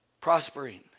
prospering